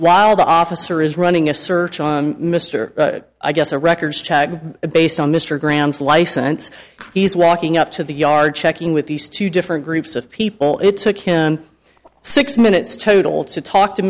while the officer is running a search on mr i guess a record based on mr graham's license he's walking up to the yard checking with these two different groups of people it took him six minutes total to talk to